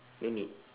no need